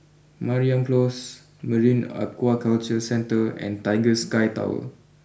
Mariam close Marine Aquaculture Centre and Tiger Sky Tower